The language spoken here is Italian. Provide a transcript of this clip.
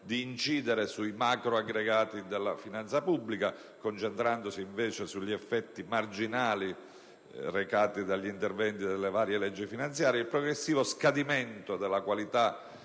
di incidere sui macroaggregati della finanza pubblica, concentrandosi, invece, sugli effetti marginali recati dagli interventi delle varie leggi finanziarie, nel progressivo scadimento della qualità